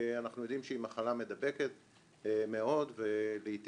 יש רשות נחל הירקון ויש גני יהושע, ואז כל אחד